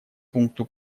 пункту